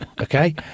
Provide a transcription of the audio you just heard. Okay